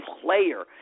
player